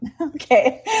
Okay